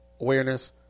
awareness